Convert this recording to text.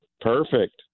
Perfect